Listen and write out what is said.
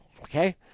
okay